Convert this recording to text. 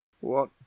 What